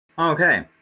Okay